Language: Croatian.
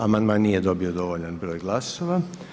Amandman nije dobio dovoljan broj glasova.